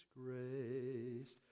grace